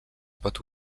pot